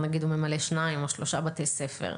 אלא שניים או שלושה בתי ספר,